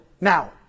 now